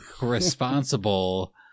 responsible